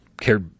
care